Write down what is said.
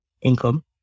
income